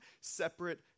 separate